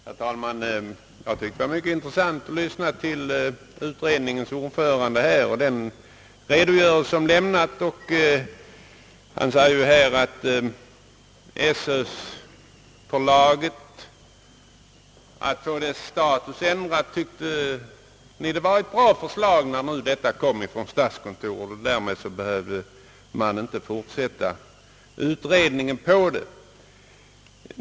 Herr talman! Jag tycker att det var mycket intressant att lyssna till den redogörelse som utredningens ordförande lämnade. Att Sö-förlagets status skall ändras tyckte han var ett bra förslag när det kom från statskontoret. Behövde man därmed inte fortsätta utredningen i den frågan?